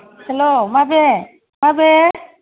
हेल' माबे माबे